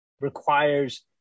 requires